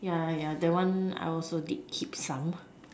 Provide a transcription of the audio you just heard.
yeah yeah that one I also did keep some